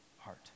heart